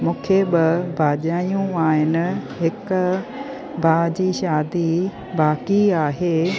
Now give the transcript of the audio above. मूंखे ॿ भाॼायूं आहिनि हिकु भाउ जी शादी बाक़ी आहे